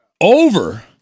Over